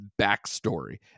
backstory